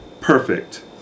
perfect